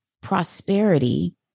prosperity